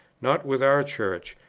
not with our church,